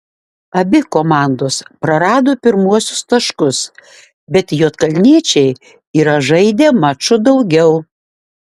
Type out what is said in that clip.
abi komandos prarado pirmuosius taškus bet juodkalniečiai yra žaidę maču daugiau